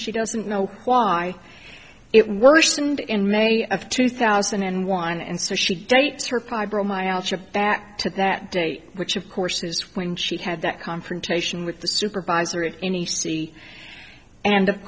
she doesn't know why it worsened in may of two thousand and one and so she dates her private back to that date which of course is when she had that confrontation with the supervisor of any city and of